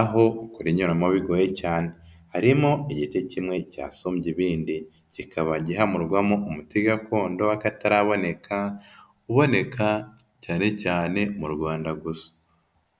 aho kurinyuramo bigoye cyane, harimo igiti kimwe cyasumbye ibindi, kikaba gihamurwamo umuti gakondo w'akataraboneka uboneka cyane cyane mu rwanda gusa.